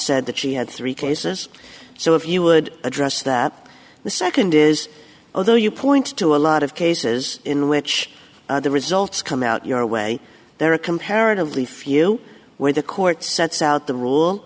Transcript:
said that she had three cases so if you would address that the nd is although you point to a lot of cases in which the results come out your way there are comparatively few where the court sets out the rule